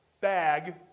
bag